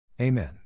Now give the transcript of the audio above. Amen